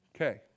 Okay